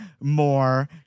more